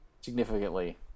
significantly